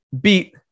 beat